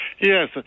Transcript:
Yes